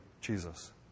Jesus